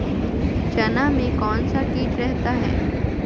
चना में कौन सा किट रहता है?